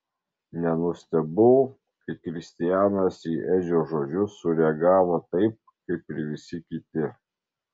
nenustebau kai kristianas į edžio žodžius sureagavo taip kaip ir visi kiti